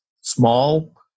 small